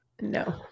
No